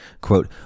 Quote